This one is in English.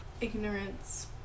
ignorance